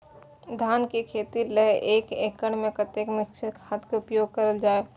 धान के खेती लय एक एकड़ में कते मिक्चर खाद के उपयोग करल जाय?